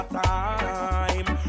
time